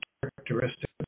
characteristic